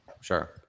Sure